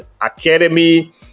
Academy